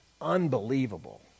Unbelievable